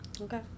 Okay